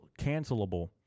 cancelable